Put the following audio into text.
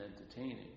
entertaining